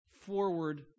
Forward